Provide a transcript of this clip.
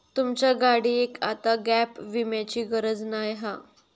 तुमच्या गाडियेक आता गॅप विम्याची गरज नाय हा